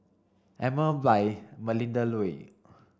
Emel by Melinda Looi